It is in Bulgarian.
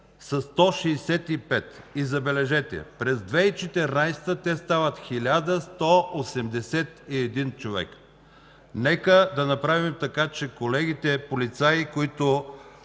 165 души. Забележете, през 2014 г. те стават 1181 човека! Нека да направим така, че колегите полицаи, които